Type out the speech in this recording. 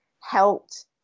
helped